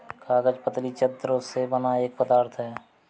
कागज पतली चद्दरों से बना एक पदार्थ है